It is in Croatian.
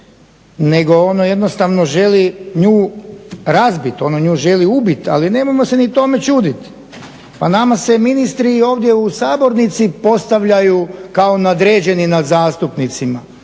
nego ono jednostavno želi nju razbit. Ono nju želi ubit, ali nemojmo se ni tome čuditi. Pa nama se ministri i ovdje u sabornici postavljaju kao nadređeni nad zastupnicima.